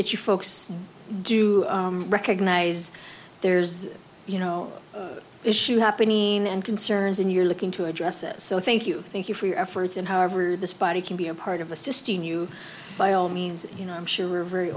that you folks do recognize there's you know issue happening and concerns and you're looking to address it so thank you thank you for your efforts and however this body can be a part of assisting you by all means you know i'm sure we're very